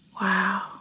Wow